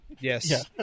Yes